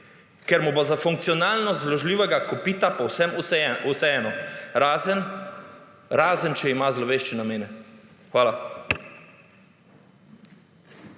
ker mu bo za funkcionalnost zložljivega kopita povsem vseeno, razen, če ima zlovešče namene. Hvala.